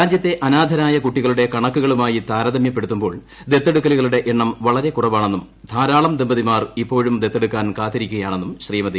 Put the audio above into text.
രാജ്യത്തെ അനാഥരായ കുട്ടികളുടെ കണക്കുകളുമായി താരതമ്യപ്പെടുത്തുമ്പോൾ ദത്തെടുക്കലുകളുടെ എണ്ണം വളരെ കുറവാണെന്നും ധാരാളം ദമ്പതിമാർ ഇപ്പോഴും ദത്തെടുക്കാൻ കാത്തിരിക്കുകയാണെന്നും ശ്രീമതി